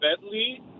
Bentley